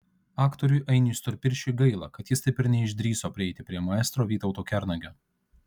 aktoriui ainiui storpirščiui gaila kad jis taip ir neišdrįso prieiti prie maestro vytauto kernagio